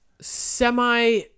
semi